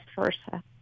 versa